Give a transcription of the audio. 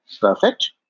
Perfect